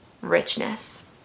richness